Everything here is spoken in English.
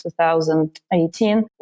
2018